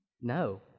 no